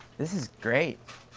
this is great.